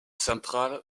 centrale